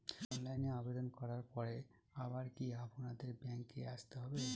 অনলাইনে আবেদন করার পরে আবার কি আপনাদের ব্যাঙ্কে আসতে হবে?